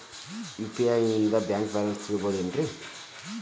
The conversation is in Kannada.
ಯು.ಪಿ.ಐ ನಿಂದ ಬ್ಯಾಂಕ್ ಬ್ಯಾಲೆನ್ಸ್ ತಿಳಿಬಹುದೇನ್ರಿ?